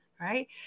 right